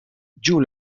giù